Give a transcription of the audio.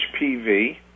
HPV